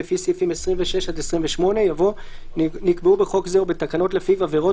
סעיפים 26 עד 28" יבוא "נקבעו בחוק זה או בתקנות לפיו עבירות